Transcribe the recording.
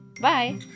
Bye